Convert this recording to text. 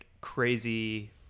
crazy